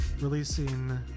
releasing